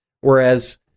Whereas